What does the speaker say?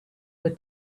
were